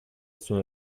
sono